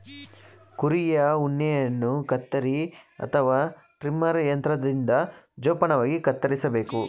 ಕುರಿಯ ಉಣ್ಣೆಯನ್ನು ಕತ್ತರಿ ಅಥವಾ ಟ್ರಿಮರ್ ಯಂತ್ರದಿಂದ ಜೋಪಾನವಾಗಿ ಕತ್ತರಿಸಬೇಕು